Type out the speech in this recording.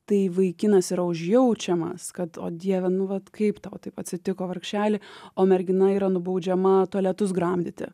tai vaikinas yra užjaučiamas kad o dieve nu vat kaip tau taip atsitiko vargšeli o mergina yra nubaudžiama tualetus gramdyti